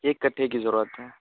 ایک کٹھے کی ضرورت ہے